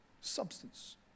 substance